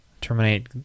terminate